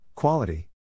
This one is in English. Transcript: Quality